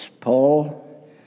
Paul